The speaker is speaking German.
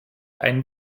ein